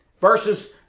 versus